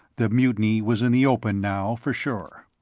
the mutiny was in the open now, for sure.